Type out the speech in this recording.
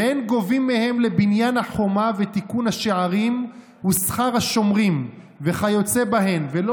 ואין גובין מהן לבניין החומה ותיקון השערים ושכר השומרים וכיוצא בהן ולא